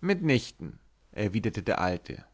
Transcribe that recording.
mitnichten erwiderte der alte